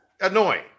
annoying